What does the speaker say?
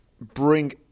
bring